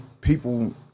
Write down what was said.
people